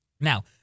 Now